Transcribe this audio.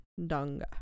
Dunga